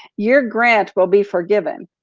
your grant will be forgiven.